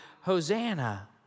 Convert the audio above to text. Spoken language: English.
Hosanna